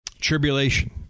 Tribulation